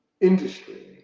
industry